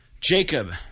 Jacob